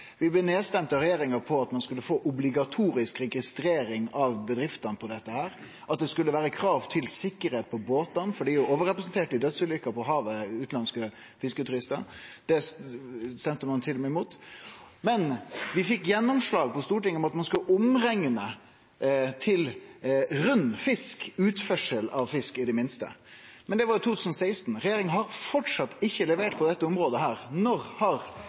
Vi blei stemde ned av regjeringa på at ein skulle få obligatorisk registrering av bedriftene, og at det skulle vere krav til sikkerheit på båtane fordi utanlandske fisketuristar er overrepresenterte i dødsulykker på havet. Til og med det stemde ein imot. Men vi fekk i det minste gjennomslag på Stortinget for at ein skulle rekne om til rund fisk ved utførsel. Det var i 2016, og regjeringa har framleis ikkje levert på dette området. Når har